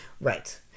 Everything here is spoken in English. Right